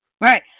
Right